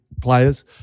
players